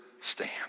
stand